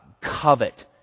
covet